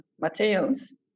materials